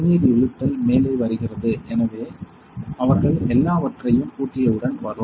தண்ணீர் இழுத்தல் மேலே வருகிறது எனவே அவர்கள் எல்லாவற்றையும் பூட்டியவுடன் FL வரும்